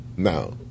Now